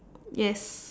yes